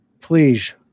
Please